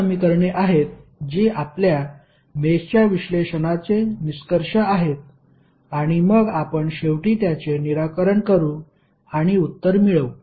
ही समीकरणे आहेत जी आपल्या मेषच्या विश्लेषणाचे निष्कर्ष आहेत आणि मग आपण शेवटी त्याचे निराकरण करू आणि उत्तर मिळवू